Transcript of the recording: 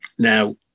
Now